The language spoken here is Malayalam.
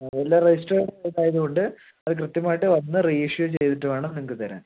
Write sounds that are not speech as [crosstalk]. ആ എല്ലാം രജിസ്ട്രേഡ് [unintelligible] ആയതുകൊണ്ട് അത് കൃത്യമായിട്ട് വന്ന് റിഇഷ്യു ചെയ്തിട്ട് വേണം നിങ്ങൾക്ക് തരാൻ